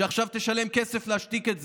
שעכשיו תשלם כסף להשתיק את זה.